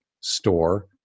store